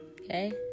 okay